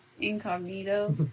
incognito